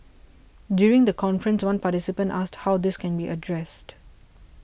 during the conference one participant asked how this can be addressed